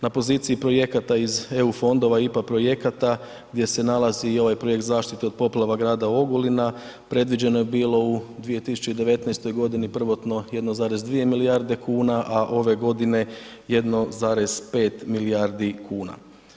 Na poziciji projekata iz EU fondova IPA projekata gdje se nalazi i ovaj projekt zaštite od poplava grada Ogulina predviđeno je bilo u 2019. godini prvotno 1,2 milijarde kuna, a ove godine 1,5 milijardi kuna.